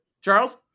Charles